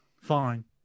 Fine